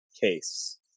case